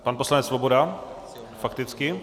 Pan poslanec Svoboda fakticky.